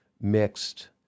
mixed